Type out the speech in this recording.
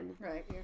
Right